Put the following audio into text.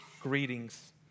Greetings